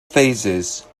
phases